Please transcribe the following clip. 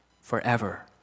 Forever